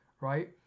Right